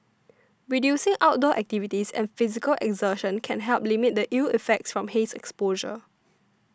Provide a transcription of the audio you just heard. reducing outdoor activities and physical exertion can help limit the ill effects from haze exposure